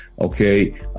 okay